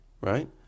right